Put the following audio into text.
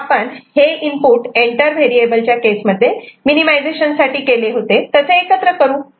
तेव्हा आपण हे इनपुट एंटर व्हेरिएबल च्या केस मध्ये मिनिमिझेशन साठी केले होते तसे एकत्र करू